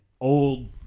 old